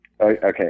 Okay